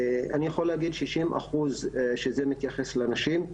אני יכולה להגיד ששישים אחוז שזה מתייחס לנשים,